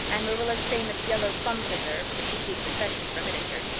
and marilla's famous yellow plum preserves that she keeps especially for ministers,